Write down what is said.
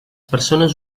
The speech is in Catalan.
persones